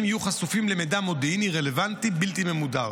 יהיו חשופים למידע מודיעיני רלוונטי בלתי ממודר